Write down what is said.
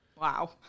wow